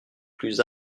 plus